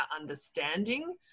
understanding